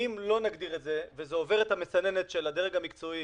אם לא נגדיר את זה וזה עובר את המסננת של הדרג המקצועי